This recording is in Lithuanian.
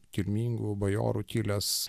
kilmingų bajorų kilęs